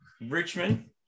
Richmond